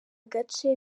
gace